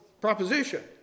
proposition